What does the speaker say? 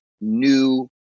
new